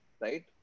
right